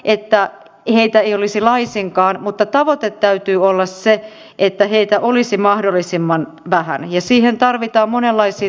itää niitä ei olisi laisinkaan mutta kymmenen vuotta sitten riitti että alueelta markkinoitiin näyttäviä kuvauspaikkoja ja osaavia ammattilaisia